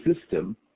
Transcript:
system